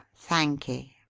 thank'ee.